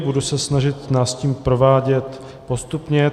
Budu se snažit nás tím provádět postupně.